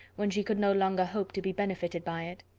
when she could no longer hope to be benefited by it.